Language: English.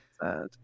sad